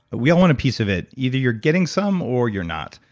we all want a piece of it. either you're getting some or you're not.